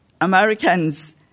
Americans